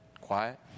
Quiet